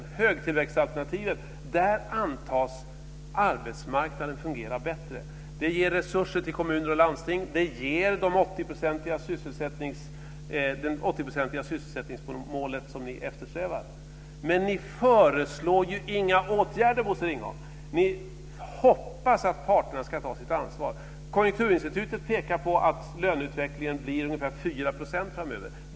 För högtillväxtalternativet antas arbetsmarknaden fungera bättre. Det ger resurser till kommuner och landsting. Det ger det 80-procentiga sysselsättningsmålet som ni eftersträvar. Men ni föreslår inga åtgärder, Bosse Ringholm! Ni hoppas att parterna ska ta sitt ansvar. Konjunkturinstitutet pekar på att löneutvecklingen blir ungefär 4 % framöver.